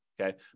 Okay